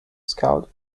scout